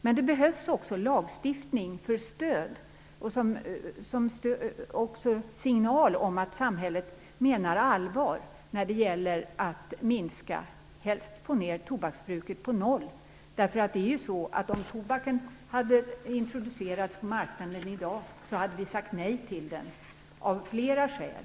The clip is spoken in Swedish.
Men det behövs också lagstiftning som stöd och som en signal om att samhället menar allvar med att minska tobaksbruket och helst få ned det till noll. Om tobaken hade introducerats på marknaden i dag hade vi sagt nej till den av flera skäl.